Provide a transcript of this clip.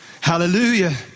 Hallelujah